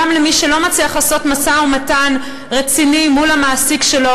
גם למי שלא מצליח לעשות משא-ומתן רציני מול המעסיק שלו.